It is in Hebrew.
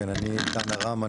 אני איתן ארם,